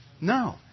No